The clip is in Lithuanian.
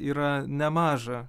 yra nemaža